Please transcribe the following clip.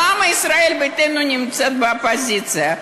למה ישראל ביתנו נמצאת באופוזיציה?